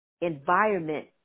environment